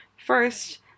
first